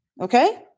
okay